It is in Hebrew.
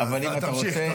אבל אם אתה רוצה,